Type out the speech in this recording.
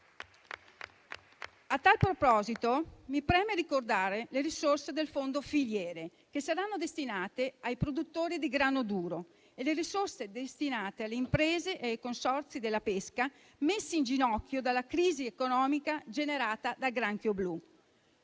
A tal proposito, mi preme ricordare le risorse del fondo filiere, che saranno destinate ai produttori di grano duro, e le risorse destinate alle imprese e ai consorzi della pesca, messi in ginocchio dalla crisi economica generata dal granchio blu.